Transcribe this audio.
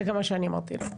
זה גם מה שאני אמרתי לו.